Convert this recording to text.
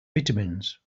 vitamins